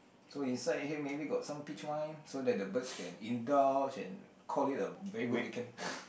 so inside here maybe got some peach wine so that the birds can indulge and call it a very good weekend